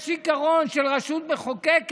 יש עיקרון של רשות מחוקקת